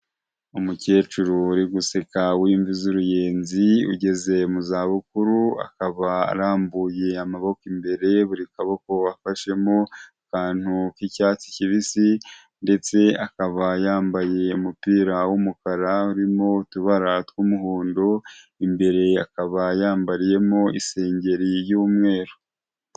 Umukecuru uri guseka w'imvi z'uruyenzi, ugeze mu zabukuru, akaba arambuye amaboko imbere buri kaboko afashemo akantu k'icyatsi kibisi, ndetse akaba yambaye umupira w'umukara urimo utubara tw'umuhondo, imbere akaba yambariyemo isengeri y'umweru.